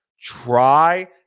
try